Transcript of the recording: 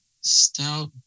stout